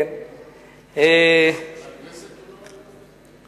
בכנסת הוא לא היה.